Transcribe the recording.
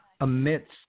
Amidst